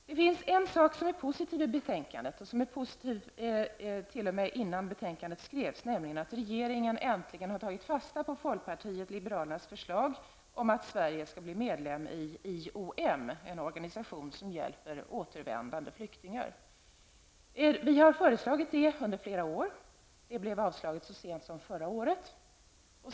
Det finns en sak som är positiv i betänkandet och som var positiv t.o.m. innan betänkandet skrevs, nämligen att regeringen har äntligen tagit fasta på folkpartiet liberalernas förslag om att Sverige skall bli medlem i IOM, en organisation som hjäper återvändande flyktingar. Vi har föreslagit det under flera år. Det avslogs så sent som förra året.